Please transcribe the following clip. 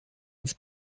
ins